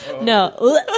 No